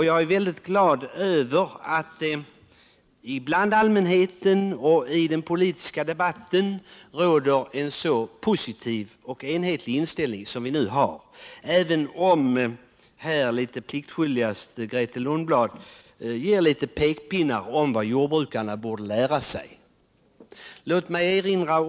Jag är mycket glad över att det bland allmänheten och i den politiska debatten råder en så positiv och enhetlig inställning som vi nu har, även om Grethe Lundblad här litet pliktskyldigt ger några pekpinnar om vad jordbrukarna borde lära sig.